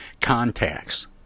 contacts